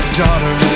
daughter